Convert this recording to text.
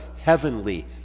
heavenly